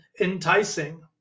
enticing